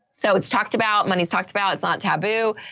so it's talked about money is talked about, it's not taboo,